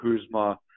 Kuzma